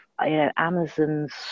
Amazon's